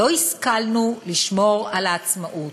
לא השכלנו לשמור על העצמאות,